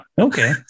Okay